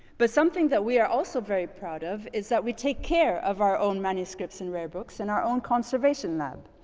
but something that we are also very proud of is that we take care of our own manuscripts and rare books in our own conservation lab.